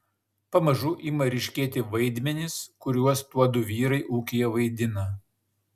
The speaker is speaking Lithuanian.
pamažu ima ryškėti vaidmenys kuriuos tuodu vyrai ūkyje vaidina